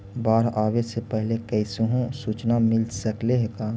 बाढ़ आवे से पहले कैसहु सुचना मिल सकले हे का?